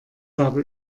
habe